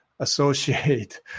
Associate